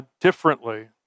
differently